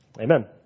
Amen